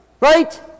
Right